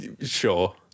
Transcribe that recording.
Sure